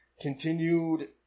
Continued